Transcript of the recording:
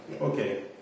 Okay